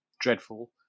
dreadful